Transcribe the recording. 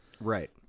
Right